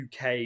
UK